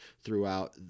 throughout